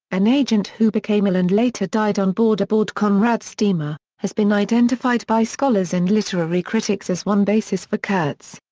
an agent who became ill and later died on board aboard conrad's steamer, has been identified by scholars and literary critics as one basis for kurtz.